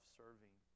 serving